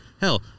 Hell